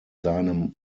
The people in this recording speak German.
seinem